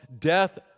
death